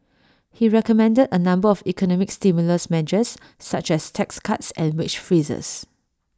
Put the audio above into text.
he recommended A number of economic stimulus measures such as tax cuts and wage freezes